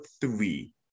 three